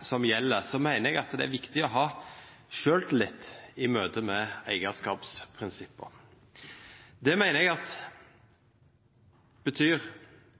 som gjelder: Jeg mener det er viktig å ha selvtillit i møte med eierskapsprinsipper. Det mener jeg betyr